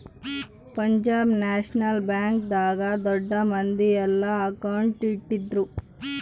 Punjab National Bank ದಾಗ ದೊಡ್ಡ ಮಂದಿ ಯೆಲ್ಲ ಅಕೌಂಟ್ ಇಟ್ಟಿದ್ರು